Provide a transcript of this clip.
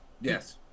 Yes